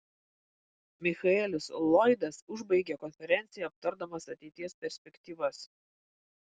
michaelis lloydas užbaigė konferenciją aptardamas ateities perspektyvas